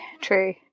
true